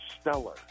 stellar